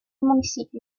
municipio